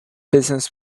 business